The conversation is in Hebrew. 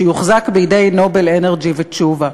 שיוחזק בידי "נובל אנרג'י"